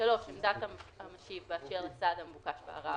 (3)עמדת המשיב באשר לסעד המבוקש בערר.